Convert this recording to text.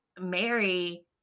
Mary